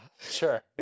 Sure